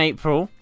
April